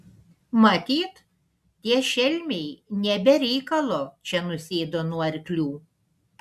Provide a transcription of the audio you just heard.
matyt tie šelmiai ne be reikalo čia nusėdo nuo arklių